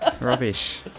Rubbish